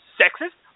sexist